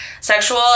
sexual